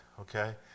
Okay